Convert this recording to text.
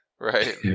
right